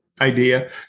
idea